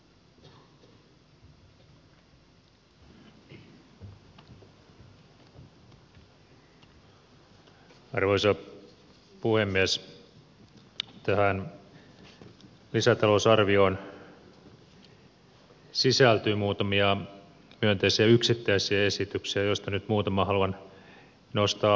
tähän lisätalousarvioon sisältyy muutamia myönteisiä yksittäisiä esityksiä joista nyt muutaman haluan nostaa esille